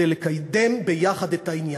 כדי לקדם ביחד את העניין.